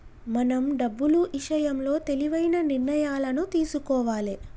మనం డబ్బులు ఇషయంలో తెలివైన నిర్ణయాలను తీసుకోవాలే